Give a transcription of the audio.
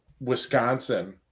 Wisconsin